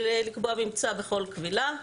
לקבוע ממצא בכל קבילה.